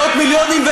מאות מיליונים.